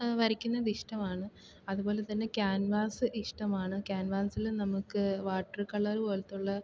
വരയ്ക്കുന്നത് ഇഷ്ടമാണ് അതുപോലെ തന്നെ ക്യാൻവാസ് ഇഷ്ടമാണ് ക്യാൻവാസിൽ നമുക്ക് വാട്ടർ കളർ പോലത്തെ ഉള്ള